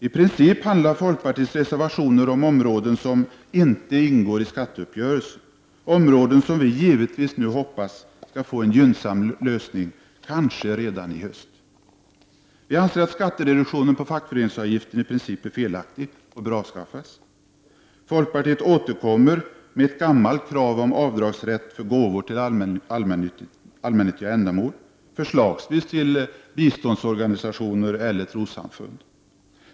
I princip handlar reservationerna om områden som inte ingår i skatteuppgörelsen, och det är områden som vi givetvis hoppas skall få en gynnsam lösning, kanske redan i höst. Vi anser att skattereduktionen för fackföreningsavgifter i princip är felaktig och bör avskaffas. Folkpartiet återkommer med ett gammalt krav om avdragsrätt för gåvor till allmännyttiga ändamål, förslagsvis till biståndsorganisationer eller trossamfund.